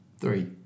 three